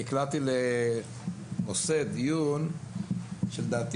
ונקלעתי לנושא דיון שהוא לדעתי